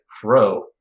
Pro